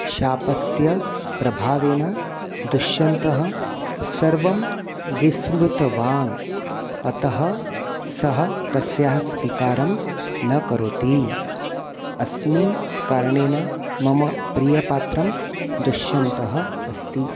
शापस्य प्रभावेन दुश्यन्तः सर्वं विस्मृतवान् अतः सः तस्याः स्वीकारं न करोति अस्मिन् कारणेन मम प्रियपात्रं दुश्यन्तः अस्ति